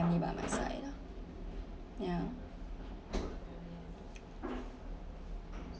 by my side yeah